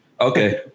okay